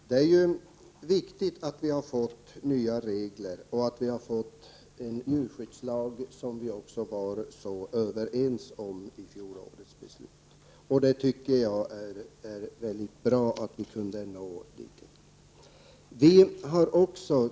Herr talman! Det är viktigt att vi har fått nya regler och att vi har fått en djurskyddslag som vi var överens om när vi fattade beslut om den i fjol. Det är väldigt bra att vi kunde ena oss.